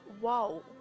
Wow